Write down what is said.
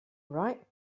right